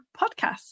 podcast